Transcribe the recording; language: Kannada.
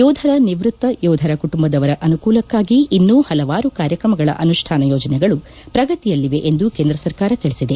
ಯೋಧರ ನಿವ್ಯತ್ತ ಯೋಧರ ಕುಟುಂಬದವರ ಅನುಕೂಲಕ್ನಾಗಿ ಇನ್ನೂ ಹಲವಾರು ಕಾರ್ಯಕ್ರಮಗಳ ಅನುಷ್ಣಾನ ಯೋಜನೆಗಳು ಪ್ರಗತಿಯಲ್ಲಿವೆ ಎಂದು ಕೇಂದ್ರ ಸರ್ಕಾರ ತಿಳಿಸಿದೆ